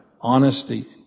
honesty